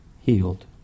healed